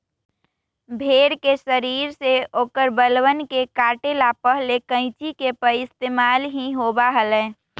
भेड़ के शरीर से औकर बलवन के काटे ला पहले कैंची के पइस्तेमाल ही होबा हलय